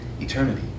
eternity